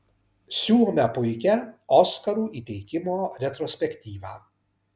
siūlome puikią oskarų įteikimo retrospektyvą